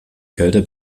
kälte